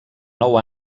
nou